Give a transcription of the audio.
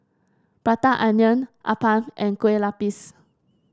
Prata Onion appam and Kue Lupis